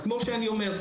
אז כמו שאני אומר,